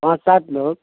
پانچ سات لوگ